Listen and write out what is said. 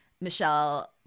Michelle